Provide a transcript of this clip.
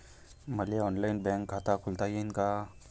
मले online bank खात खोलता येते का?